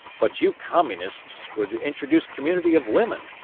but you communists would introduce community of women,